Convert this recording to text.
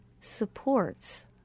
supports